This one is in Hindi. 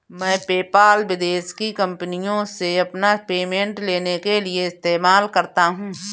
मैं पेपाल विदेश की कंपनीयों से अपना पेमेंट लेने के लिए इस्तेमाल करता हूँ